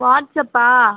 வாட்ஸ்அப்பா